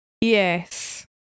yes